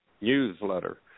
newsletter